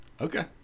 Okay